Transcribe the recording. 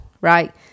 right